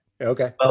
Okay